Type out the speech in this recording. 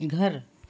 घर